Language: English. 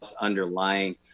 underlying